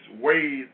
ways